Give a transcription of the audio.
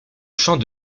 chant